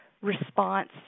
response